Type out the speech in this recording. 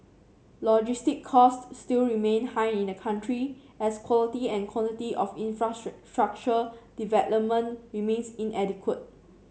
logistics cost still remain high in a country as quality and quantity of infrastructure development remains inadequate